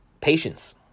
Patience